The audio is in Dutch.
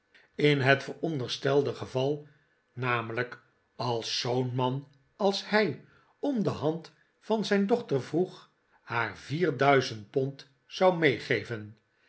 in het veronderstelde geyal namelijk als zoo'n man als hij om de hand van zijn dochter vroeg haar vier duizend pond zou meegeven